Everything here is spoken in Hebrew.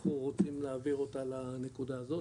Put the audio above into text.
אנחנו רוצים להעביר אותה לנקודה הזאת,